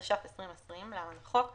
התש"ף-2020 (להלן החוק),